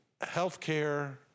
Healthcare